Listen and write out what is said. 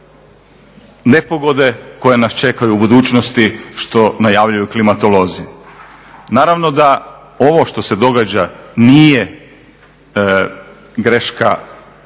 nepogode koje nas čekaju u budućnosti što najavljuju klimatolozi. Naravno da ovo što se događa nije greška